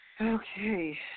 Okay